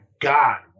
God